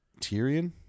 Tyrion